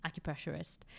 acupressurist